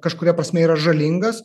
kažkuria prasme yra žalingas